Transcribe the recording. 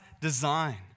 design